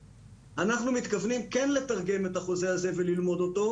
אנחנו מתכוונים כן לתרגם את החוזה הזה וללמוד אותו,